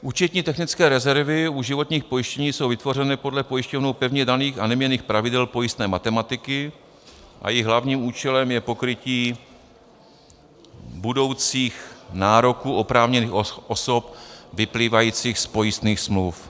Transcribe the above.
Účetní technické rezervy u životních pojištění jsou vytvořeny podle pojišťovnou pevně daných a neměnných pravidel pojistné matematiky a jejich hlavním účelem je pokrytí budoucích nároků oprávněných osob vyplývajících z pojistných smluv.